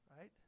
Right